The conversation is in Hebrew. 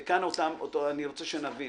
וכאן אני רוצה שנבין,